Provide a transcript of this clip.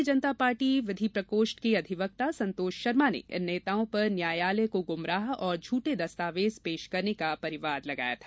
भारतीय जनता पार्टी विधि प्रकोष्ठ के अधिवक्ता संतोष शर्मा ने इन नेताओं पर न्यायालय को गुमराह और झूठे दस्तावेज पेश करने का परिवाद लगाया था